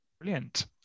Brilliant